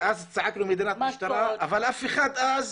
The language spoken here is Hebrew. ואז צעקנו 'מדינת משטרה', אבל אף אחד אז